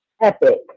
epic